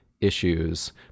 issues